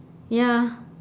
ya